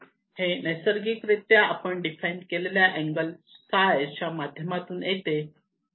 हे नैसर्गिकरित्या आपण डिफाइन केलेल्या अँगल φ च्या माध्यमातून येते